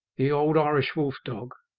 the old irish wolf-dog,